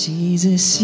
Jesus